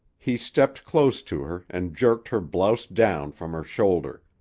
he stepped close to her and jerked her blouse down from her shoulder.